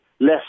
Less